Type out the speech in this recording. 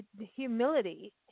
humility